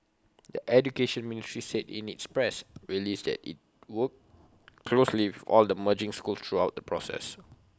the Education Ministry said in its press release that IT worked closely with all the merging schools throughout the process